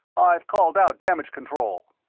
i've called out damage control.